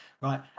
Right